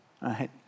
right